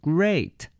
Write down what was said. Great